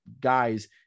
guys